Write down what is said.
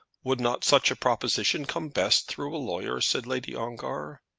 would not such a proposition come best through a lawyer? said lady ongar.